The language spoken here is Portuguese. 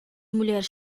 mulheres